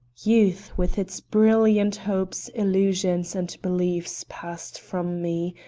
youth with its brilliant hopes, illusions and beliefs passed from me,